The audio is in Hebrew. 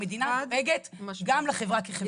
המדינה דואגת גם לחברה כחברה.